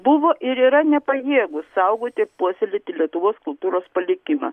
buvo ir yra nepajėgūs saugoti ir puoselėti lietuvos kultūros palikimą